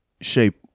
shape